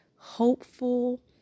hopeful